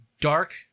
Dark